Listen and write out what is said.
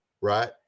right